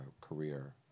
career